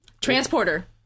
Transporter